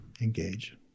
engage